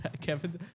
Kevin